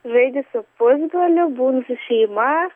žaidžiu su pusbroliu būnu su šeima